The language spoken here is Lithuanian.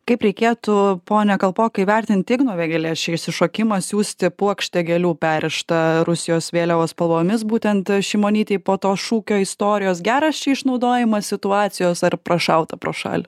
kaip reikėtų pone kalpokai vertinti igno vėgėlės šį išsišokimą siųsti puokštę gėlių perrištą rusijos vėliavos spalvomis būtent šimonytei po to šūkio istorijos geras čia išnaudojimas situacijos ar prašauta pro šalį